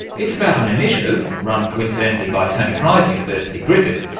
it's about an initiative, run coincidentally by tony fry's university, griffith,